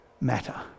matter